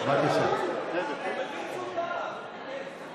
הוא מבין שהוא טעה אז הוא